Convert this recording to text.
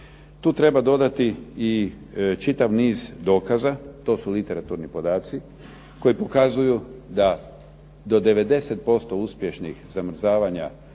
Tu treba dodati čitav niz dokaza to su literaturni podaci koji pokazuju da do 90% uspješnih zamrzavanja